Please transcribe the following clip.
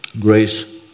Grace